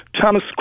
Thomas